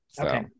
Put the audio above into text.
Okay